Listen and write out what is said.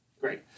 Great